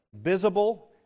visible